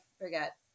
forget